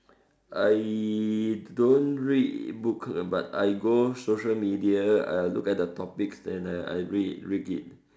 I don't read book but I go social media uh look at the topics then uh I read read it